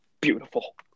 beautiful